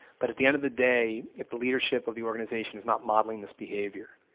but at the end of the day, if the leadership of the organization is not modeling this behavior,